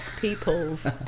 peoples